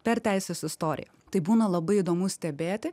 per teisės istoriją tai būna labai įdomu stebėti